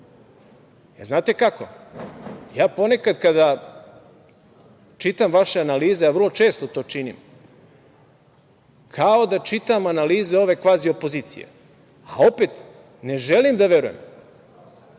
jer znate kako, ja ponekad kada čitam vaše analize, a vrlo često to činim, kao da čitam analize ove kvazi opozicije. A opet ne želim da verujem,